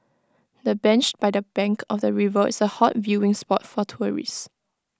the bench by the bank of the river is A hot viewing spot for tourists